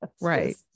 Right